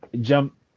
jump